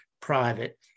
private